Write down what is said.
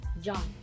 John